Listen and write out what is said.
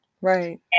Right